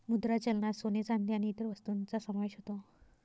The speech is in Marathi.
मुद्रा चलनात सोने, चांदी आणि इतर वस्तूंचा समावेश होतो